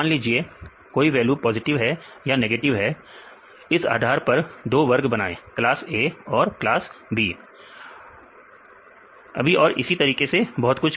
माननीय कोई value positive है या नेगेटिव है इस आधार पर ने 2 वर्ग बनाएं क्लास A और क्लास B अभी और इसी तरीके से बहुत कुछ